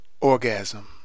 Orgasm